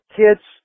kids